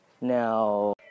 now